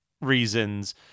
reasons